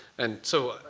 and so